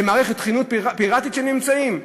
זו מערכת חינוך פיראטית שהם נמצאים בה?